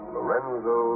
Lorenzo